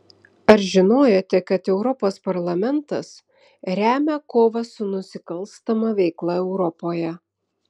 ar žinojote kad europos parlamentas remia kovą su nusikalstama veikla europoje